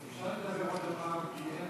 אפשר לדבר עוד פעם?